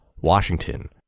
Washington